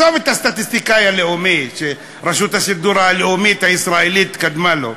עזוב את הסטטיסטיקאי הלאומי שרשות השידור הלאומית הישראלית קדמה לו,